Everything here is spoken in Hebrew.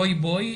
רוי בוי,